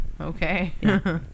okay